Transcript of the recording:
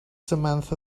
samantha